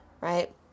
right